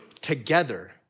together